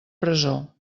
presó